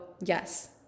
yes